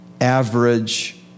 average